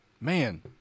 Man